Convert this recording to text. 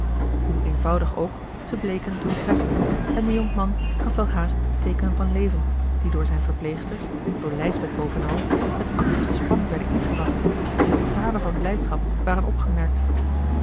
hoe eenvoudig ook ze bleken doeltreffend en de jonkman gaf welhaast teekenen van leven die door zijne verpleegsters door lijsbeth bovenal met angstige spanning werden ingewacht met tranen van blijdschap waren opgemerkt